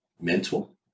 mental